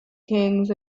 kings